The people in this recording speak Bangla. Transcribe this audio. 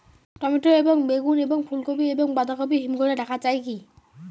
টমেটো এবং বেগুন এবং ফুলকপি এবং বাঁধাকপি হিমঘরে রাখা যায় কি?